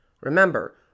Remember